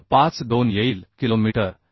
52 kilometre येईल